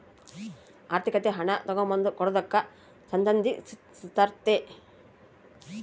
ಆರ್ಥಿಕತೆ ಹಣ ತಗಂಬದು ಕೊಡದಕ್ಕ ಸಂದಂಧಿಸಿರ್ತಾತೆ